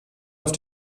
auf